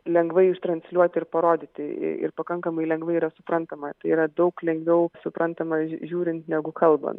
lengva ištransliuoti ir parodyti ir pakankamai lengvai yra suprantama tai yra daug lengviau suprantama žiūrint negu kalbant